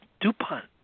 DuPont